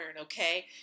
okay